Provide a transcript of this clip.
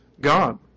God